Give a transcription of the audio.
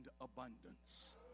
abundance